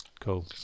Cool